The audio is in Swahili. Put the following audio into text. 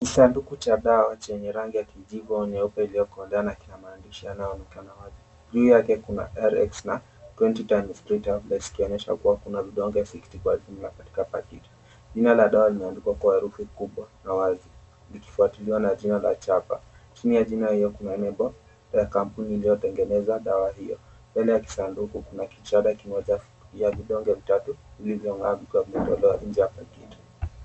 Kisanduku cha dawa chenye rangi ya kijivu au nyeupe iliyokolea na kinamaandishi yanayoonekana wazi. Juu yake kuna "RX na 20 x 3 tablets" ikionyesha kuwa kuna vidonge 60 katika pakiti. Jina la dawa limeandikwa kwa herufi kubwa na wazi likifuatiliwa na jina la chapa. Chini ya jina hiyo kuna nembo ya kampuni iliyotengeneza dawa hiyo, Mbele ya kisanduku kuna kishada kimoja cha vidonge vitatu vilivyong'aa kwa kutolewa inje yapakiti.